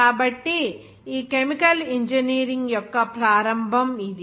కాబట్టి ఈ chemical engineering యొక్క ప్రారంభం ఇది